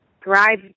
drive